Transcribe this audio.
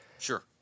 Sure